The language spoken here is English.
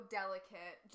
delicate